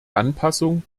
anpassung